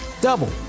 double